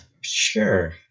sure